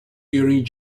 during